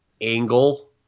angle